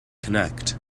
connect